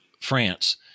France